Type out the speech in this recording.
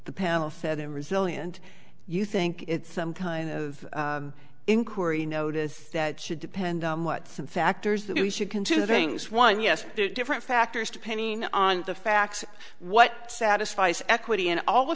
the panel said then resilient you think it's some kind of inquiry notice that should depend on what some factors that we should consider things one yes different factors depending on the facts what satisfice equity and all the